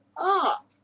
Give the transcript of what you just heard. up